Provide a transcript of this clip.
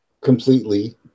completely